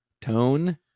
tone